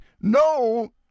No